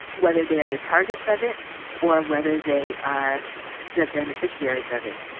whether they're the targets of it or whether they are the beneficiaries of it.